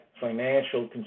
financial